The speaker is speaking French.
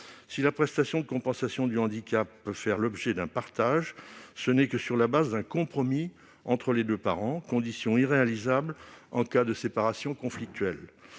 Si la prestation de compensation du handicap peut faire l'objet d'un partage, ce n'est que sur la base d'un compromis entre les deux parents- condition irréalisable en cas de séparation conflictuelle